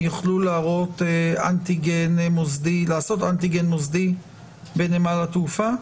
הם יוכלו לעשות אנטיגן מוסדי בנמל התעופה.